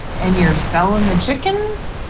and you're selling the chickens.